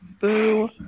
Boo